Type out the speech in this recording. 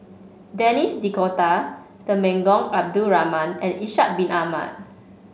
Denis D'Cotta Temenggong Abdul Rahman and Ishak Bin Ahmad